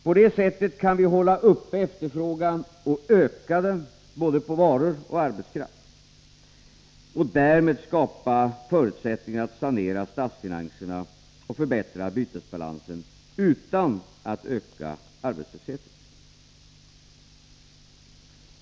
På det sättet får vi en ökad efterfrågan både på varor och arbetskraft, och därmed skapas förutsättningar att sanera statsfinanserna och förbättra bytesbalansen utan att öka arbetslösheten.